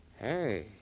Hey